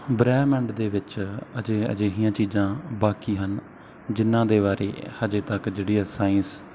ਬ੍ਰਹਿਮੰਡ ਦੇ ਵਿੱਚ ਅਜੇ ਅਜਿਹੀਆਂ ਚੀਜ਼ਾਂ ਬਾਕੀ ਹਨ ਜਿਨ੍ਹਾਂ ਦੇ ਵਾਰੇ ਹਜੇ ਤੱਕ ਜਿਹੜੀ ਆ ਸਾਇੰਸ